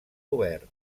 obert